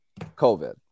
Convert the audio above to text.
COVID